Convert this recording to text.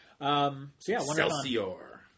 Celsior